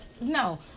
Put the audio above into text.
no